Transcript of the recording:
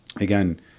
again